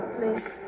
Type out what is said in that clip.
Please